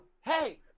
Hey